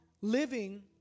living